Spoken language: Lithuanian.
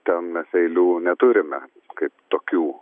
ten mes eilių neturime kaip tokių